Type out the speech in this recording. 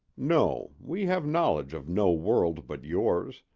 no, we have knowledge of no world but yours,